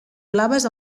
blaves